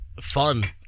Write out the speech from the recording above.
fun